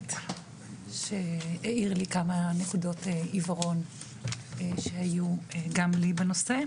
מיוחדת שהאיר לי כמה נקודות עיוורון שהיו גם לי בנושא,